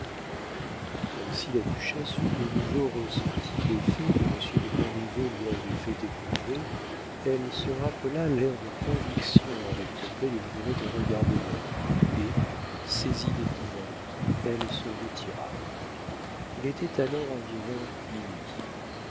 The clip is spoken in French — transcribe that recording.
puis comme si la duchesse eût de nouveau ressenti l'effet que monsieur de montriveau lui avait fait éprouver elle se rappela l'air de conviction avec lequel il venait de regarder l'heure et saisie d'épouvante elle se retira il était alors environ minuit